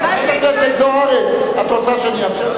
חברת הכנסת זוארץ, את רוצה שאני אאפשר,